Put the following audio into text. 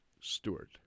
Stewart